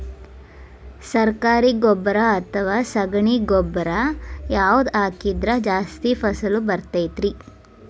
ಸರಕಾರಿ ಗೊಬ್ಬರ ಅಥವಾ ಸಗಣಿ ಗೊಬ್ಬರ ಯಾವ್ದು ಹಾಕಿದ್ರ ಜಾಸ್ತಿ ಫಸಲು ಬರತೈತ್ರಿ?